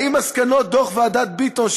האם מסקנות דוח ועדת ביטון,